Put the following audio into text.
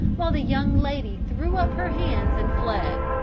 while the young lady threw up her hands and fled.